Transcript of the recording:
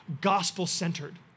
gospel-centered